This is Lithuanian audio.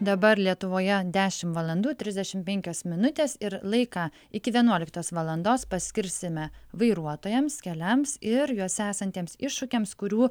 dabar lietuvoje dešimt valandų trisdešimt penkios minutės ir laiką iki vienuoliktos valandos paskirsime vairuotojams keliams ir juose esantiems iššūkiams kurių